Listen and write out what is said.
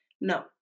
no